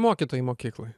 mokytojai mokykloj